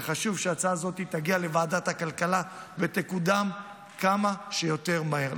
וחשוב שההצעה הזאת תגיע לוועדת הכלכלה ותקודם כמה שיותר מהר.